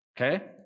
Okay